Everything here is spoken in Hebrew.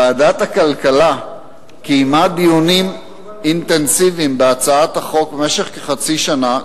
ועדת הכלכלה קיימה דיונים אינטנסיביים בהצעת החוק במשך כחצי שנה.